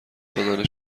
دادن